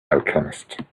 alchemist